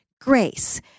Grace